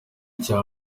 cya